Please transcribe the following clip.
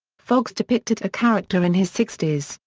foxx depicted a character in his sixty s,